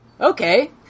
Okay